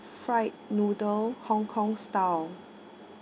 fried noodle hong kong style